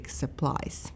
supplies